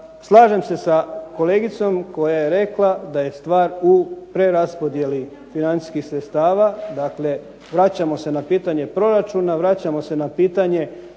slažem se sa kolegicom koja je rekla da je stvar u preraspodjeli financijskih sredstava, dakle vraćamo se na pitanje proračuna, vraćamo se na pitanje